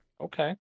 Okay